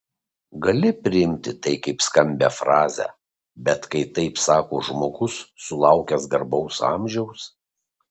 gali priimti tai kaip skambią frazę bet kai taip sako žmogus sulaukęs garbaus amžiaus